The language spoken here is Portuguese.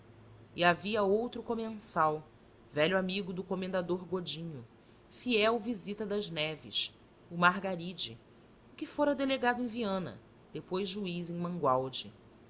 havia outro comensal velho amigo do comendador godinho fiel visita das neves o margaride o que fora delegado em viana depois juiz em